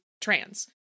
trans